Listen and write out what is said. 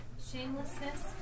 shamelessness